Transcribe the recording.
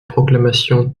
proclamation